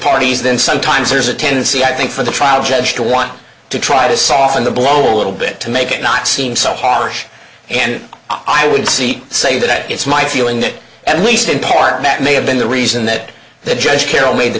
parties then sometimes there's a tendency i think for the trial judge to want to try to soften the blow a little bit to make it not seem so harsh and i would see say that it's my feeling that at least in part that may have been the reason that the judge carroll made the